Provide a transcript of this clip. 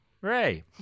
Ray